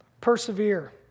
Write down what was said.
Persevere